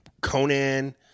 Conan